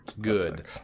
Good